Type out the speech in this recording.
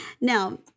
Now